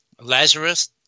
Lazarus